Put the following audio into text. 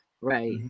Right